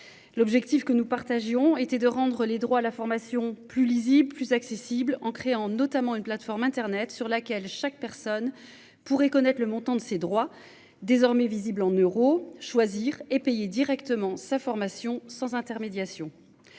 L'objectif que nous partagions était de rendre les droits à la formation plus lisibles plus accessibles en créant notamment une plateforme internet sur laquelle chaque personne pourrait connaître le montant de ces droits désormais visibles en euros choisir et payer directement sa formation sans intermédiation.